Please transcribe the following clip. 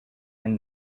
and